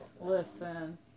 listen